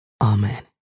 Amen